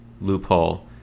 loophole